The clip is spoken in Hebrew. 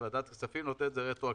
וועדת הכספים נותנת את זה רטרואקטיבית.